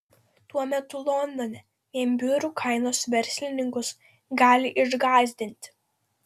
tuo metu londone vien biurų kainos verslininkus gali išgąsdinti